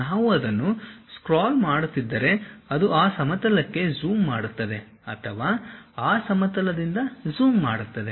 ನಾವು ಅದನ್ನು ಸ್ಕ್ರೋಲ್ ಮಾಡುತ್ತಿದ್ದರೆ ಅದು ಆ ಸಮತಲಕ್ಕೆ ಜೂಮ್ ಮಾಡುತ್ತದೆ ಅಥವಾ ಆ ಸಮತಲದಿಂದ ಜೂಮ್ ಮಾಡುತ್ತದೆ